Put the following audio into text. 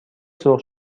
سرخ